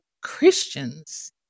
Christians